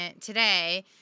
today